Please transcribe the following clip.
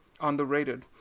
underrated